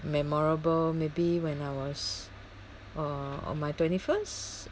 memorable maybe when I was uh on my twenty first